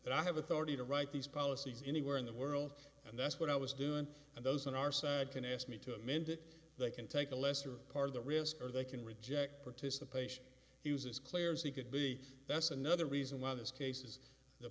that i have authority to write these policies anywhere in the world and that's what i was doing and those on our side can ask me to amend it they can take a lesser part of the risk or they can reject participation he was as clear as he could be that's another reason why the cases the